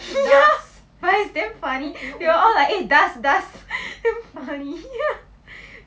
but is damn funny we were all like eh dust dust damn funny okay lah poor guy